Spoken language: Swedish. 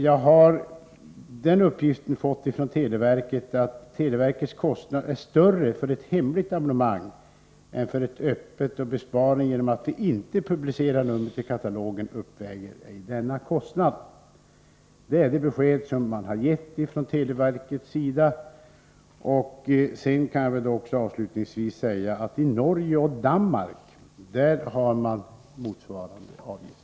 Jag har från televerket fått uppgiften att televerkets kostnader är större för ett hemligt abonnemang än för ett öppet och den besparing man gör på att inte publicera i katalogen uppväger ej denna kostnad. Det är detta besked man har gett från televerkets sida. Avslutningsvis kan jag säga att i Norge och Danmark har man motsvarande avgift.